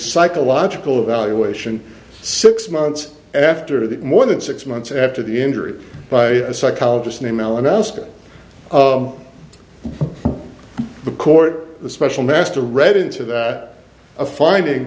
psychological evaluation six months after the more than six months after the injury by a psychologist named alan asking the court the special master read into that a finding